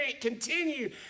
continue